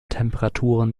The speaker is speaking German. temperaturen